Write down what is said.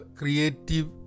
creative